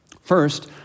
First